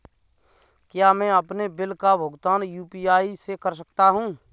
क्या मैं अपने बिल का भुगतान यू.पी.आई से कर सकता हूँ?